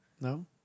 No